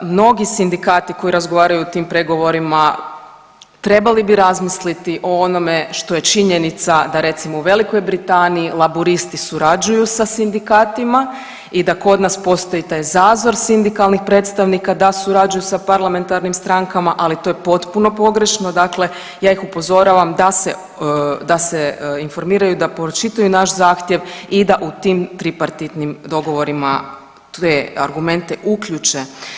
Mnogi sindikati koji razgovaraju o tim pregovorima trebali bi razmisliti o onome što je činjenica da recimo, u Velikoj Britaniji, laburisti surađuju sa sindikatima i da kod nas postoji taj zazor sindikalnih predstavnika da surađuju sa parlamentarnim strankama, ali to je potpuno pogrešno, dakle ja ih upozoravam da se informiraju i da pročitaju naš zahtjev i da u tim tripartitnim dogovorima te argumente uključe.